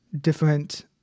different